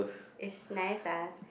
it's nice ah